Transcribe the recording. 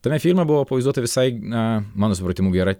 tame filme buvo pavaizduota visai na mano supratimu gera